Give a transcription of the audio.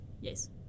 Yes